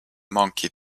monkey